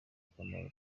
akamaro